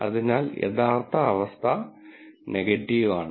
അതിനാൽ യഥാർത്ഥ അവസ്ഥ നെഗറ്റീവ് ആണ്